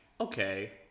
okay